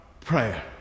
prayer